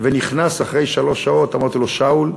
ונכנס לממשלה אחרי שלוש שעות, אמרתי לו: שאול,